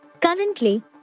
Currently